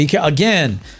Again